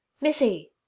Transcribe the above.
Missy